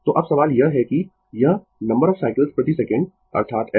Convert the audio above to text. तो अब सवाल यह है कि यह नंबर ऑफ साइकल्स प्रति सेकंड अर्थात f